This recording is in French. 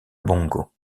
bongo